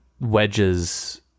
Wedge's